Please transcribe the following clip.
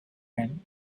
men